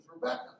Rebecca